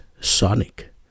Sonic